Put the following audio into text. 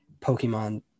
Pokemon